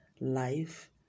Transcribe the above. life